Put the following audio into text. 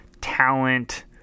talent